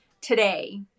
today